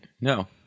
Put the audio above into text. No